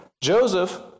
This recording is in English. Joseph